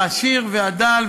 העשיר והדל,